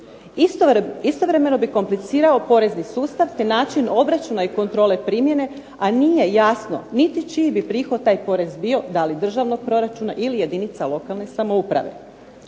Istovremeno bi komplicirao porezni sustav te način obračuna i kontrole primjene a nije jasno niti čiji bi prihod taj porez bio, da li državnog proračuna ili jedinica lokalne samouprave.